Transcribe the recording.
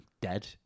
dead